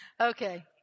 Okay